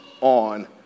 on